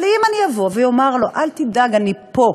אבל אם אני אבוא ואומר לו: אל תדאג, אני פה,